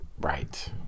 Right